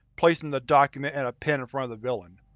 placing the document and a pen in front of the villain,